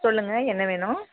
சொல்லுங்கள் என்ன வேணும்